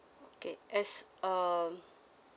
okay as um